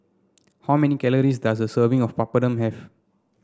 how many calories does a serving of Papadum have